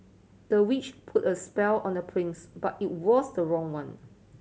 the witch put a spell on the prince but it was the wrong one